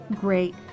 Great